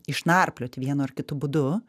išnarplioti vienu ar kitu būdu